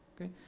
okay